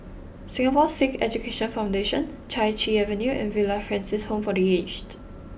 Singapore Sikh Education Foundation Chai Chee Avenue and Villa Francis Home for the aged